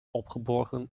opgeborgen